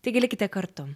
taigi likite kartu